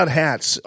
hats